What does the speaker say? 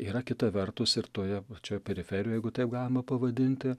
yra kita vertus ir toje pačioj periferijoj jeigu taip galima pavadinti